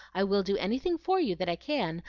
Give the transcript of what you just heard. i will do anything for you that i can,